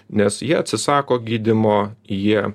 nes jie atsisako gydymo jie